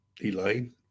Elaine